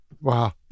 Wow